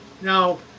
Now